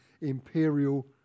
imperial